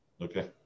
Okay